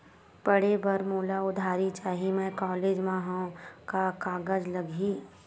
पढ़े बर मोला उधारी चाही मैं कॉलेज मा हव, का कागज लगही?